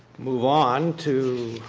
move on to